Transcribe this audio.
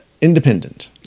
independent